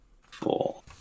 Four